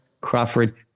Crawford